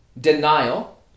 Denial